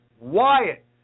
Wyatt